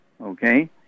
okay